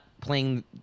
Playing